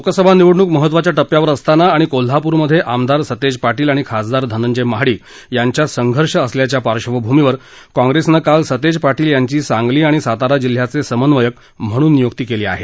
लोकसभा निवडणूक महत्त्वाच्या पे्यावर असताना आणि कोल्हापूरमध्ये आमदार सतेज पार्शिल आणि खासदार धनंजय महाडिक यांच्यात संघर्ष असल्याच्या पार्श्वभूमीवर काँग्रेसनं काल सतेज पार्श्वल यांची सांगली आणि सातारा जिल्ह्याचे समन्वयक म्हणून नियुक्ती केली आहे